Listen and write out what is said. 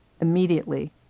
Immediately